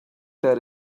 that